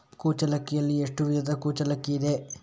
ಕುಚ್ಚಲಕ್ಕಿಯಲ್ಲಿ ಎಷ್ಟು ವಿಧದ ಕುಚ್ಚಲಕ್ಕಿ ಇದೆ?